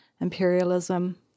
imperialism